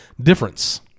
difference